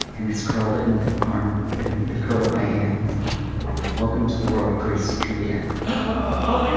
and it's curled in the arm in the curl of my hands what is it? welcome to the world, grace juliet oh, my